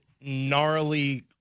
gnarly